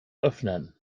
öffnen